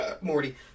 Morty